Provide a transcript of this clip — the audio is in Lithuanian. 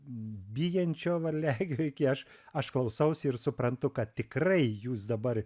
bijančio varliagyvio iki aš aš klausausi ir suprantu kad tikrai jūs dabar